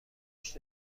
پشت